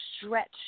stretch